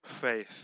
faith